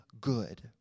good